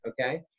Okay